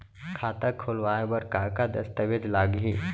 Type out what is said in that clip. खाता खोलवाय बर का का दस्तावेज लागही?